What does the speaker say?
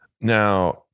Now